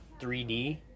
3d